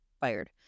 fired